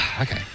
Okay